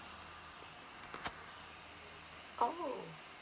oh